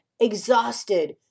exhausted